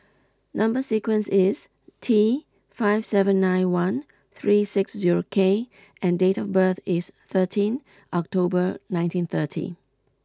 number sequence is T five seven nine one three six zero K and date of birth is thirteen October nineteen thirty